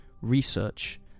research